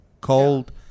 Cold